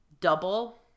double